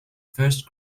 first